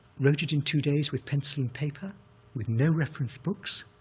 wrote it in two days with pencil and paper with no reference books.